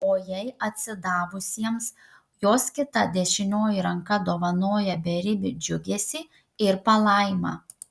o jai atsidavusiems jos kita dešinioji ranka dovanoja beribį džiugesį ir palaimą